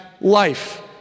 life